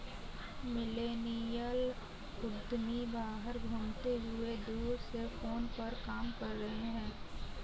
millennial उद्यमी बाहर घूमते हुए दूर से फोन पर काम कर रहे हैं